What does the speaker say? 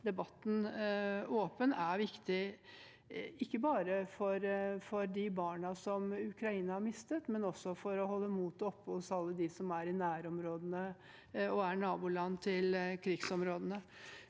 viktig. Det er viktig ikke bare for de barna Ukraina har mistet, men også for å holde motet oppe hos alle dem som er i nærområdene, i nabolandene til krigsområdene.